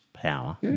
power